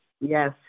Yes